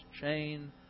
chain